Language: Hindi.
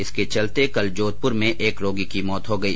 इसके चलते कल जोधपुर में एक रोगी की इससे मौत हो गई